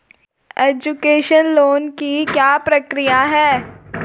Education loan की क्या प्रक्रिया है?